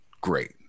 great